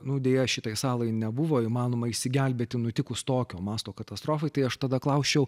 nu deja šitai salai nebuvo įmanoma išsigelbėti nutikus tokio masto katastrofai tai aš tada klausčiau